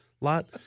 lot